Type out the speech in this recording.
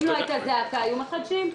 ואם לא היתה זעקה, היו מחדשים?